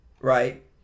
right